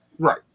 Right